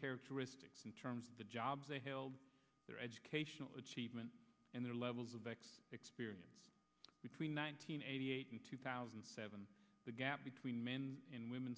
characteristics in terms of the jobs they held their educational achievement and their levels of experience between nineteen eighty eight and two thousand and seven the gap between men and women